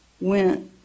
went